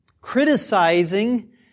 criticizing